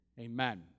Amen